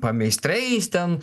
pameistriais ten